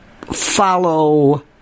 follow